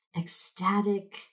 ecstatic